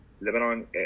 Lebanon